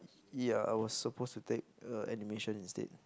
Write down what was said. ya I was suppose to take err animation instead